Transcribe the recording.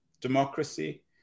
democracy